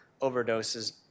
overdoses